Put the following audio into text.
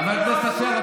חבר הכנסת אשר,